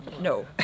No